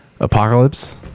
apocalypse